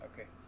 Okay